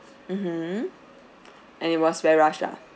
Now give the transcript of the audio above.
mmhmm and it was very rushed ah